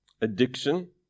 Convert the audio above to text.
addiction